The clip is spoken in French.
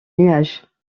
nuages